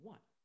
One